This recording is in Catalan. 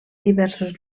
diversos